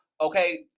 okay